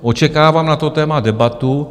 Očekávám na to téma debatu.